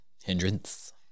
Hindrance